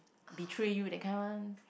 betray you that kind one